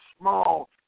small